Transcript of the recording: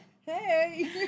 Hey